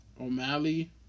O'Malley